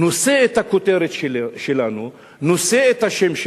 נושא את הכותרת שלנו, נושא את השם שלנו,